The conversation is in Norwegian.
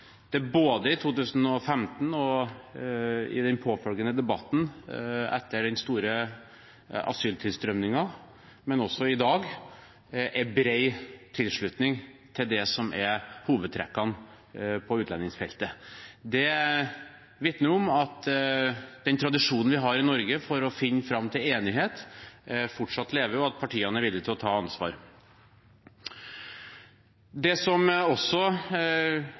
at det både i 2015 og i den påfølgende debatten etter den store asyltilstrømningen, men også i dag, er bred tilslutning til det som er hovedtrekkene på utlendingsfeltet. Det vitner om at den tradisjonen vi har i Norge for å finne fram til enighet, fortsatt lever, og at partiene er villig til å ta ansvar. Det som også